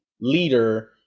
leader